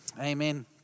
Amen